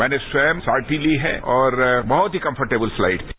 मैंने स्वयं शोर्टी ली है और बहुत ही कम्फरटेबल फ्लाइट थी